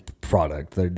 product